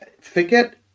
forget